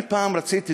פעם רציתי,